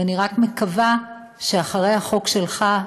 ואני רק מקווה שאחרי החוק שלך,